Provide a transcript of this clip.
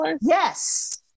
Yes